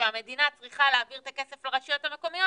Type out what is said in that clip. שהמדינה צריכה להעביר את הכסף לרשויות המקומיות